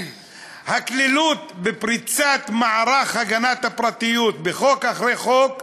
הקלילות בפריצת מערך הגנת הפרטיות חוק אחרי חוק,